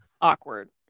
awkward